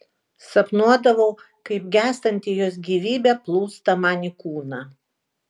sapnuodavau kaip gęstanti jos gyvybė plūsta man į kūną